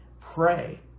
pray